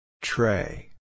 Tray